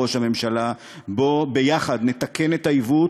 ראש הממשלה: בוא ביחד נתקן את העיוות,